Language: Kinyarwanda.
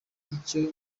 icyo